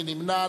מי נמנע?